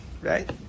right